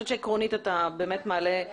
אנחנו